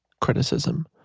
criticism